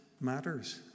matters